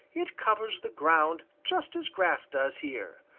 it covers the ground just as grass does here.